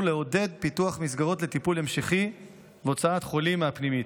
לעודד פיתוח מסגרות לטיפול המשכי והוצאת חולים מהמחלקה הפנימית.